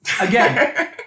again